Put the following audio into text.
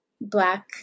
black